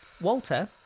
Walter